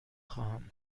خواهم